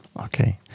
Okay